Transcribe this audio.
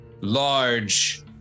large